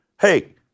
hey